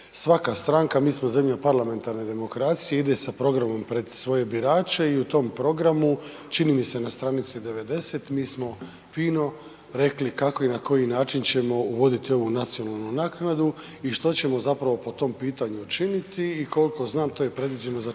Svaka stranka, mi smo zemlja parlamentarne demokracije ide sa programom pred svoje birače i u tom programu čini mi se na stranici 90 mi smo fino rekli kako i na koji način ćemo uvoditi ovu nacionalnu naknadu i što ćemo zapravo po tome pitanju učiniti i koliko znam to je predviđeno za